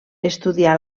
estudià